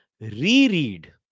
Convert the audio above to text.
reread